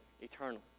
eternal